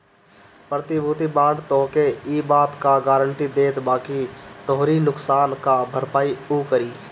प्रतिभूति बांड तोहके इ बात कअ गारंटी देत बाकि तोहरी नुकसान कअ भरपाई उ करी